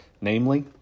namely